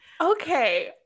Okay